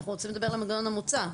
אנחנו רוצים לדבר על המנגנון המוצע.